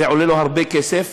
זה עולה לו הרבה כסף.